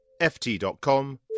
ft.com